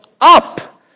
up